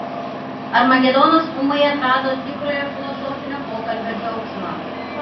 armagedonas ūmai atrado tikrojo filosofinio pokalbio džiaugsmą